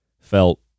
felt